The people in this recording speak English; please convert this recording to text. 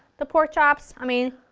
the pork chops, i mean